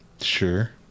Sure